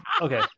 okay